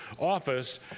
office